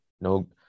No